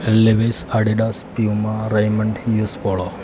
levi's Adidas puma raymond U S polo